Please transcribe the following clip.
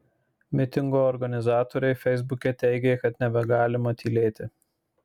mitingo organizatoriai feisbuke teigė kad nebegalima tylėti